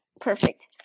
Perfect